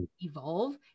evolve